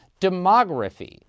demography